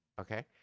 okay